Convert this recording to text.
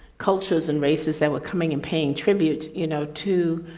cultures and races that were coming and paying tribute, you know, to